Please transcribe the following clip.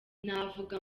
navuga